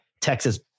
Texas